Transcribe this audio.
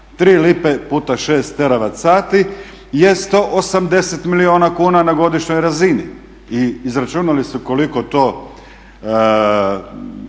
lipe puta šest teravat sati je 180 milijuna kuna na godišnjoj razini. I izračunali su koliko to